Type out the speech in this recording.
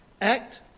Act